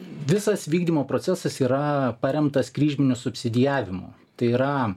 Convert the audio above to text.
visas vykdymo procesas yra paremtas kryžminiu subsidijavimu tai yra